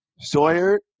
Sawyer